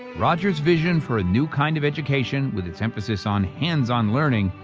rogers' vision for a new kind of education, with its emphasis on hands on learning,